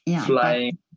flying